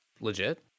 legit